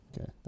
Okay